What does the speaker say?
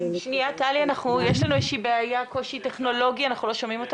מה שאני אומרת זה שהנושא הזה של הצורך עלה וכתוצאה